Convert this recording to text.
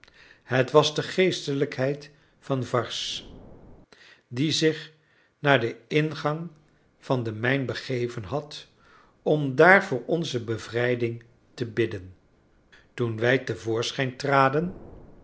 het was de geestelijkheid van varses die zich naar den ingang van de mijn begeven had om daar voor onze bevrijding te bidden toen wij te voorschijn traden